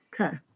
okay